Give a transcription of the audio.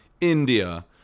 India